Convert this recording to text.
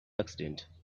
accident